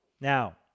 Now